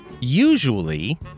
Usually